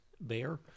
Bear